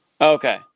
Okay